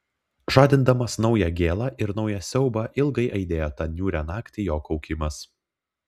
žadindamas naują gėlą ir naują siaubą ilgai aidėjo tą niūrią naktį jo kaukimas